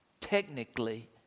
technically